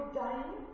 dying